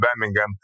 Birmingham